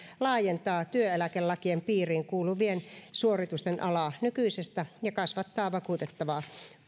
laajentaa työeläkelakien piiriin kuuluvien suoritusten alaa nykyisestä ja kasvattaa vakuutettavaa